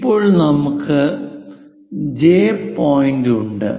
ഇപ്പോൾ നമുക്ക് ആ ജെ പോയിന്റ് ഉണ്ട്